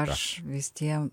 o aš visiem